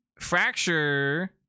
fracture